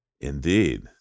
Indeed